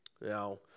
Now